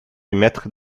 émettre